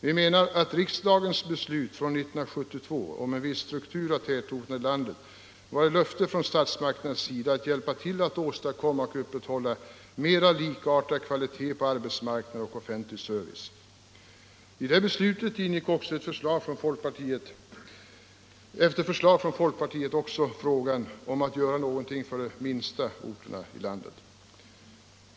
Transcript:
Vi menar att riksdagens beslut från 1972 om en viss struktur av tätorterna i landet var ett löfte från statsmakternas sida att hjälpa till att åstadkomma och upprätthålla mera likartad kvalitet på arbetsmarknad och offentlig service. I det beslutet ingick efter förslag från folkpartiet också frågan om att göra någonting för de minsta orterna i landet.